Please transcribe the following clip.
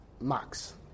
Max